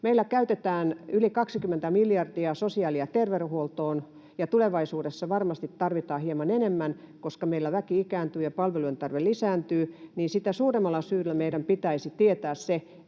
Meillä käytetään yli 20 miljardia sosiaali- ja terveydenhuoltoon, ja tulevaisuudessa varmasti tarvitaan hieman enemmän, koska meillä väki ikääntyy ja palvelujen tarve lisääntyy, ja sitä suuremmalla syyllä meidän pitäisi tietää,